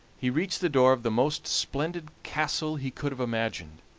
he reached the door of the most splendid castle he could have imagined.